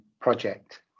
project